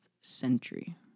century